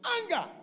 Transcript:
anger